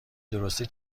درستی